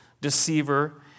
Deceiver